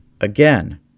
Again